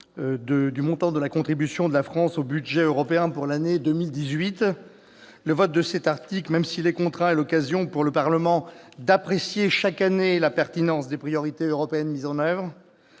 du montant de la contribution de la France au budget européen pour l'année 2018. Le vote de cet article, même s'il est contraint, est l'occasion pour le Parlement d'apprécier chaque année la pertinence des priorités européennes mises en oeuvre.